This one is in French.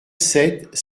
sept